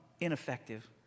ineffective